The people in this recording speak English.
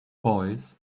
boys